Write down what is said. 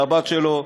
והבת שלו,